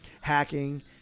hacking